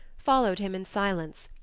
followed him in silence,